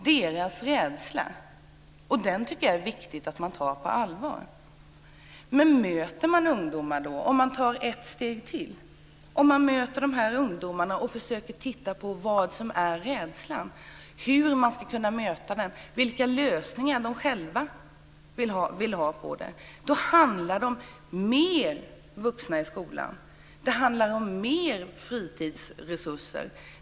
Jag tycker att det är viktigt att man tar deras rädsla på allvar. Man måste ta ett steg till, möta ungdomarna och försöka ta reda på vad rädslan gäller. Hur ska man kunna möta rädslan? Vilka lösningar vill ungdomarna själva ha? Det handlar om fler vuxna i skolan. Det handlar om mer fritidsresurser.